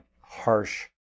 harsh